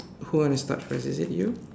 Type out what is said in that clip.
who wanna start first is it you